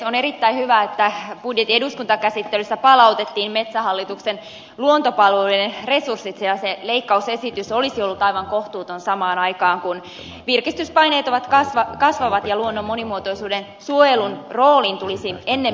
on erittäin hyvä että budjetin eduskuntakäsittelyssä palautettiin metsähallituksen luontopalveluiden resurssit sillä se leikkausesitys olisi ollut aivan kohtuuton samaan aikaan kun virkistyspaineet kasvavat ja luonnon monimuotoisuuden suojelun roolin tulisi ennemminkin vahvistua